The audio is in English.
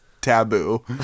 taboo